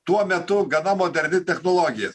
tuo metu gana moderni technologija